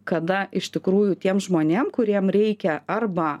kada iš tikrųjų tiem žmonėm kuriem reikia arba